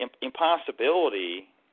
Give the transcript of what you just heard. impossibility